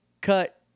cut